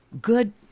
good